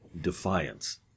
Defiance